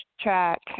track